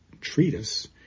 treatise